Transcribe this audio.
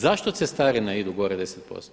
Zašto cestarine idu gore 10%